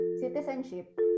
citizenship